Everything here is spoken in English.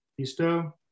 Pisto